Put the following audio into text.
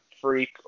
freak